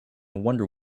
wonder